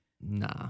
Nah